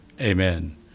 amen